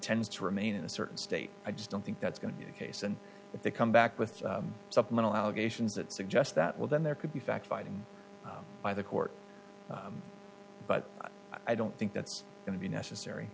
tends to remain in a certain state i just don't think that's going to the case and if they come back with supplemental allegations that suggest that well then there could be fact finding by the court but i don't think that's going to be necessary